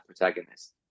protagonist